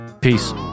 Peace